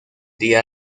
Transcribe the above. día